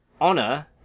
Honor